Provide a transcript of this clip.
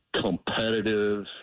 competitive